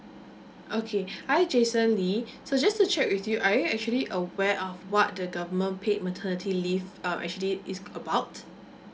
okay hi jason lee so just to check with you are you actually aware of what the government paid maternity leave are actually is about